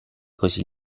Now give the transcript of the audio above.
così